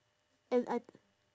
and I